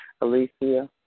Alicia